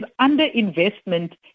underinvestment